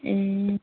ए